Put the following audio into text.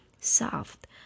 soft